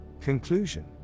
conclusion